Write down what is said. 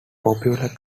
popular